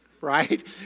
right